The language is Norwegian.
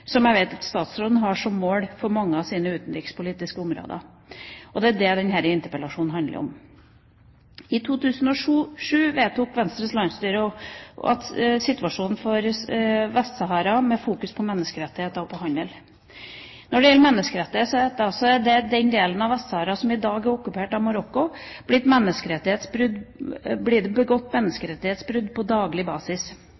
som jeg vet at utenriksministeren har som mål for mange av sine utenrikspolitiske områder. Det er det denne interpellasjonen handler om. I 2007 tok Venstres landsstyre opp situasjonen for Vest-Sahara, med fokusering på menneskerettigheter og handel. Når det gjelder menneskerettigheter, er det i den delen av Vest-Sahara som i dag er okkupert av Marokko, blitt